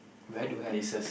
where do I adjust